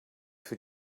für